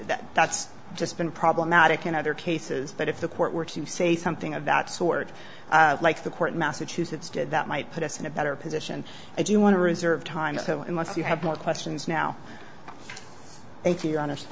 again that's just been problematic in other cases but if the court were to say something of that sort of like the court in massachusetts did that might put us in a better position if you want to reserve times unless you have more questions now thank you honest